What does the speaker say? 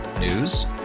News